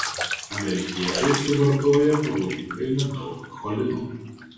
amerikiečiai suvartoja pavojingai nedaug cholino